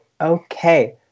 okay